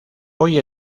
hoy